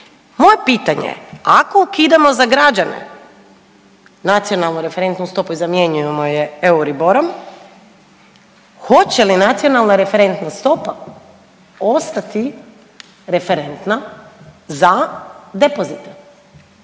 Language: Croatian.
moje pitanje je ako ukidamo za građane nacionalnu referentnu stopu i zamjenjujemo je Euriborom hoće li nacionalna referentna stopa ostati referentna za depozite?